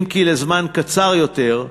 אם כי לזמן קצר יותר,